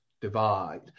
divide